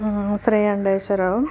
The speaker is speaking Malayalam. ശ്രീകണ്ഠേശ്വരവും